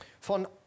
Von